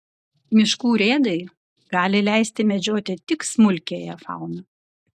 miškų urėdai gali leisti medžioti tik smulkiąją fauną